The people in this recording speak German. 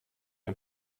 ein